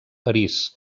parís